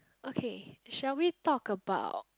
okay shall we talk about